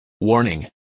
Warning